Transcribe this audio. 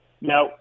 Now